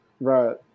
Right